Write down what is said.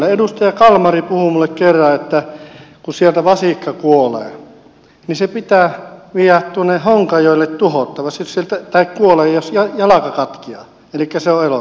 edustaja kalmari puhui minulle kerran että kun sieltä vasikka kuolee tai jos jalka katkeaa elikkä se on elossa niin se pitää viedä tuonne honkajoelle tuhottavaksi siltä että kuolen jos ja vieläpä takkia eli kesoil